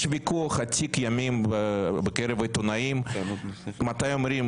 יש ויכוח עתיק ימים בקרב העיתונאים מתי אומרים